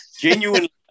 Genuinely